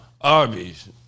Arby's